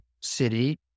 city